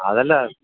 അതല്ല